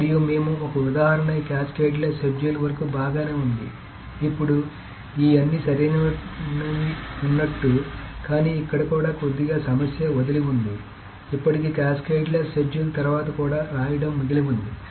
మరియు మేము ఒక ఉదాహరణ ఈ క్యాస్కేడ్లెస్ షెడ్యూల్ వరకు బాగానే ఉంది ఇప్పుడు ఈ అన్ని సరైనవిగా ఉన్నట్టు కానీ ఇక్కడ కూడా కొద్దిగా సమస్య వదిలి ఉంది ఇప్పటికీ క్యాస్కేడ్లెస్ షెడ్యూల్ తర్వాత కూడా రాయడం మిగిలి ఉంది